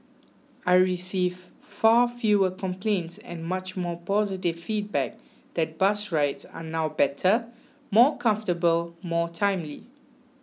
I receive far fewer complaints and much more positive feedback that bus rides are now better more comfortable more timely